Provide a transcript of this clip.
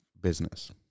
business